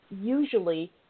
usually